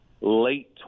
late